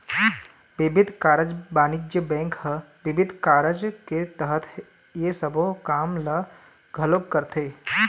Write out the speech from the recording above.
बिबिध कारज बानिज्य बेंक ह बिबिध कारज के तहत ये सबो काम मन ल घलोक करथे